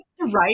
right